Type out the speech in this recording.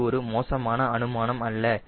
இது ஒரு மோசமான அனுமானம் இல்லை